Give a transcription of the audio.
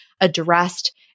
addressed